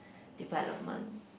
development